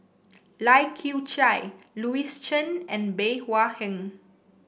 Lai Kew Chai Louis Chen and Bey Hua Heng